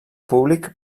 públic